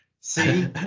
See